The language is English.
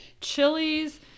chilies